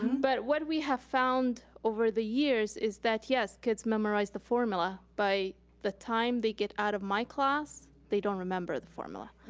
um but what we have found over the years is that, yes, kids memorize the formula. by the time they get out of my class, they don't remember the formula.